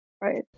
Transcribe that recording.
Right